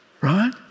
Right